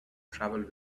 travelled